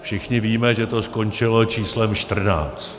Všichni víme, že to skončilo číslem čtrnáct.